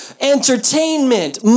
entertainment